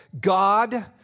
God